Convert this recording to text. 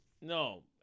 No